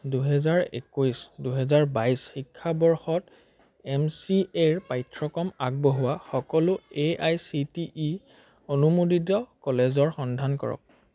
দুহেজাৰ একৈছ দুহেজাৰ বাইছ শিক্ষাবৰ্ষত এম চি এৰ পাঠ্যক্ৰম আগবঢ়োৱা সকলো A I C T E অনুমোদিত কলেজৰ সন্ধান কৰক